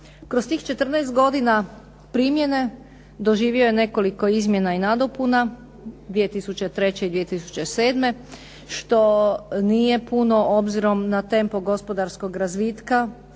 Kroz tih 14 godina primjene doživio je nekoliko izmjena i nadopuna 2003. i 2007. što nije puno obzirom na tempo gospodarskog razvitka,